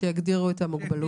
שיגדירו את המוגבלות.